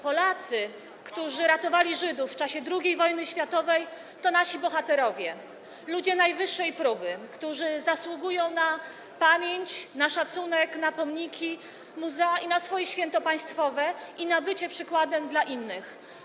Polacy, którzy ratowali Żydów w czasie II wojny światowej, to nasi bohaterowie, ludzie najwyższej próby, którzy zasługują na pamięć, szacunek, pomniki, muzea i swoje święto państwowe, bo są przykładem dla innych.